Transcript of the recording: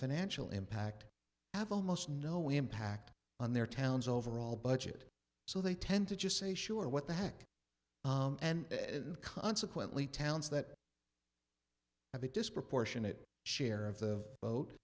financial impact of almost no impact on their town's overall budget so they tend to just say sure what the heck and consequently towns that have a disproportionate share of the